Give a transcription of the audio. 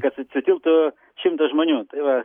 kad su sutilptų šimtas žmonių tai va